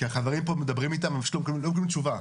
כי החברים פה מדברים איתם ופשוט לא מקבלים תשובה.